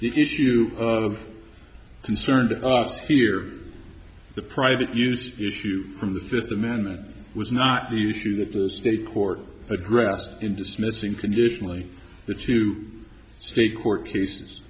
the issue of concern to us here the private used issue from the fifth amendment was not the issue that the state court addressed in dismissing conditionally the two state court cases